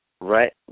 Right